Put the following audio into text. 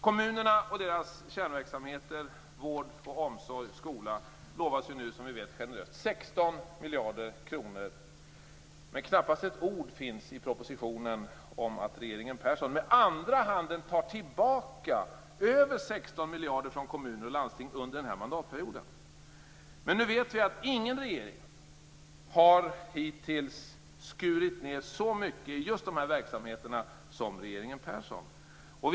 Kommunerna och deras kärnverksamheter - vård, omsorg och skola - lovas nu generöst 16 miljarder kronor. Men knappast ett ord finns i propositionen om att regeringen Persson med andra handen tar tillbaka över 16 miljarder från kommuner och landsting under den här mandatperioden. Men nu vet vi att ingen regering hittills skurit ned så mycket i just dessa verksamheter som regeringen Persson.